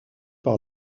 par